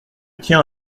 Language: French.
tiens